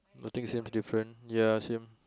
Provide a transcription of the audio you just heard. I think same different ya same